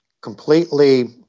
completely